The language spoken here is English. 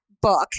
book